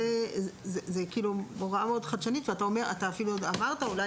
זאת הוראה מאוד חדשנית ואתה אמרת שאולי